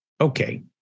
Okay